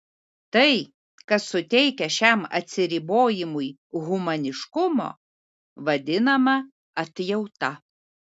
tai kas suteikia šiam atsiribojimui humaniškumo vadinama atjauta